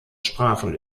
sprachen